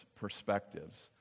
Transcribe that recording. perspectives